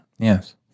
Yes